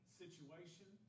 situation